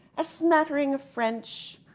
a smattering of french,